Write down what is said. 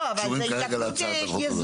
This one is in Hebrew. לא, אבל זאת התייקרות יזומה.